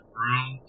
room